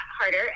harder